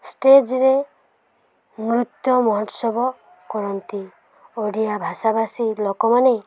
ଷ୍ଟେଜରେ ନୃତ୍ୟ ମହୋତ୍ସବ କରନ୍ତି ଓଡ଼ିଆ ଭାଷାଭାଷୀ ଲୋକମାନେ